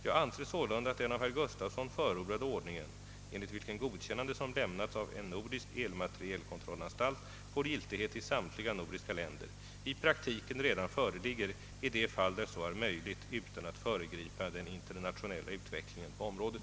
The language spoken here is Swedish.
Jag anser sålunda, att den av herr Gustafsson förordade ordningen — enligt vilken godkännande som lämnats av en nordisk elmaterielkontrollanstalt får giltighet i samtliga nordiska länder — i praktiken redan föreligger i de fall där så är möjligt utan att föregripa den internationella utvecklingen på området.